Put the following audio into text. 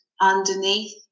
underneath